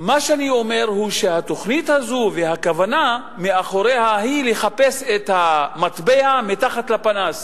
אומר שהתוכנית הזאת והכוונה מאחוריה היא לחפש את המטבע מתחת לפנס.